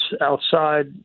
outside